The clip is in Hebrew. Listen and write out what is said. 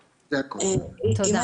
תודה, חוליו.